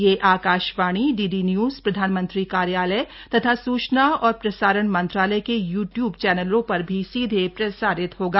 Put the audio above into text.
यह आकाशवाणी डीडीन्य्ज प्रधानमंत्री कार्यालय तथा सूचना और प्रसारण मंत्रालय के य्ट्यूब चैनलों पर भी सीधे प्रसारित होगा